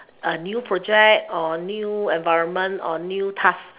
a new project or a new environment or new task